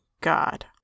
God